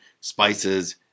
spices